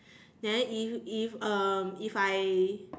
then if if um if I